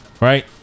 right